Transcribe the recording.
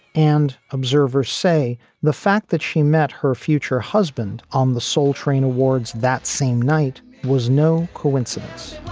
and observers say the fact that she met her future husband on the soul train awards. that same night was no coincidence